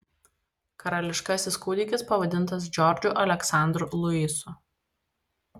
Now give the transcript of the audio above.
karališkasis kūdikis pavadintas džordžu aleksandru luisu